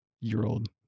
year-old